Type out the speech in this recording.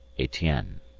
etienne.